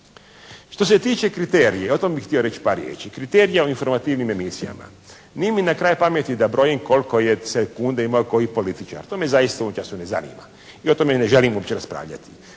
Što se tiče kriterija, o tome bih htio reći par riječi. Kriterij o informativnim emisijama. Nije mi na kraj pameti da brojim kliko je sekunde imao koji političar, to me zaista u ovom času ne zanima i o tome ne želim uopće raspravljati,